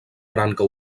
branca